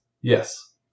Yes